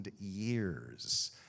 years